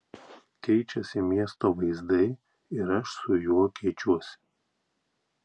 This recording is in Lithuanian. keičiasi miesto vaizdai ir aš su juo keičiuosi